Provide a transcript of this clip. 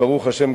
ברוך השם,